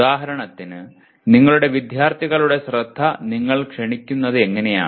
ഉദാഹരണത്തിന് നിങ്ങളുടെ വിദ്യാർത്ഥികളുടെ ശ്രദ്ധ നിങ്ങൾ ക്ഷണിക്കുന്നത് എങ്ങനെയാണ്